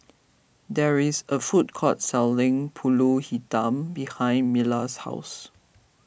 there is a food court selling Pulut Hitam behind Mila's house